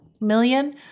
million